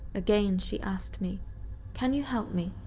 again she asked me can you help me?